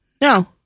No